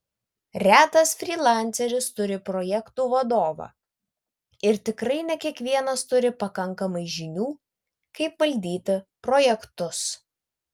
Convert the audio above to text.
retas frylanceris turi projektų vadovą ir tikrai ne kiekvienas turi pakankamai žinių kaip valdyti projektus